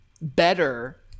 better